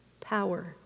power